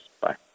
Bye